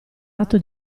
atto